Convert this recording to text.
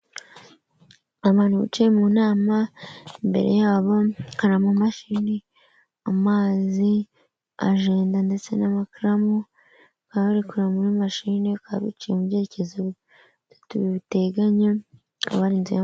Abantu bicaye mu nama, imbere yabo hari amamashini, amazi, ajenda ndetse n'amakaramu, bakaba bari kureba muri mashine, bakaba bicaye mu byerekezo bitatu biteganya, hakaba hari inzu y'amabati.